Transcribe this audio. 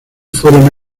fueron